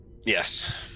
Yes